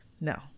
no